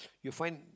you find